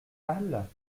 halles